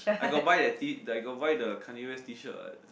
I got buy T that I got buy the Kanye West t-shirt what